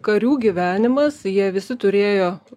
karių gyvenimas jie visi turėjo